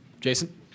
Jason